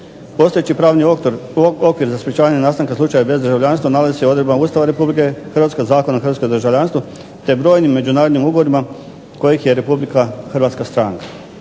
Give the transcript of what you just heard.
Postojeći pravni okvir za sprečavanje nastanka slučajeva bezdržavljanstva nalazi se u odredbama Ustava REpublike Hrvatske u Zakonu o hrvatskom državljanstvu te brojnim međunarodnim ugovorima kojih je RH stranka.